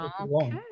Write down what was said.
Okay